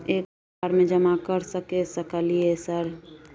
एक बार में जमा कर सके सकलियै सर?